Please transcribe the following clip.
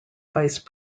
vice